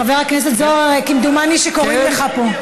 חבר הכנסת זוהר, כמדומני שקוראים לך פה.